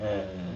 uh